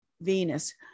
Venus